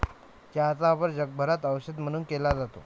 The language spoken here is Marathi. चहाचा वापर जगभरात औषध म्हणून केला जातो